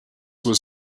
was